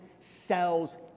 sells